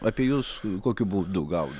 apie jus kokiu būdu gaudavo